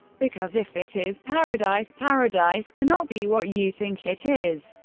because if it is paradise, paradise cannot be what you think it is.